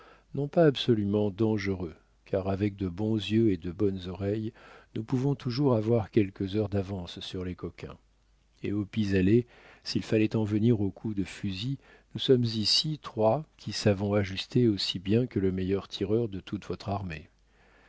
non pas absolument dangereux car avec de bons yeux et de bonnes oreilles nous pouvons toujours avoir quelques heures d'avance sur les coquins et au pis aller s'il fallait en venir aux coups de fusil nous sommes ici trois qui savons ajuster aussi bien que le meilleur tireur de toute votre armée